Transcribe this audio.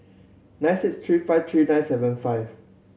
nine six three five three nine seven five